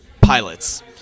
pilots